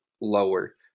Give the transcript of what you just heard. lower